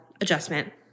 adjustment